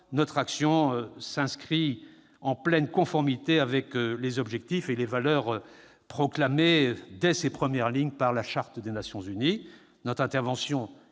notre action s'inscrit en pleine conformité avec les objectifs et les valeurs proclamés dès ses premières lignes par la Charte des Nations unies. Notre intervention